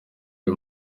uyu